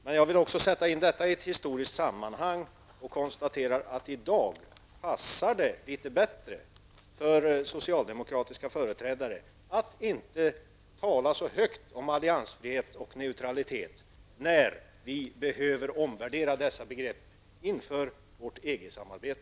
Men jag vill också sätta in detta i ett historiskt sammanhang och konstatera att det i dag passar litet bättre för socialdemokratiska företrädare att inte tala så högt om alliansfrihet och neutralitet, när vi behöver omvärdera dessa begrepp inför vårt EG-samarbete.